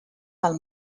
del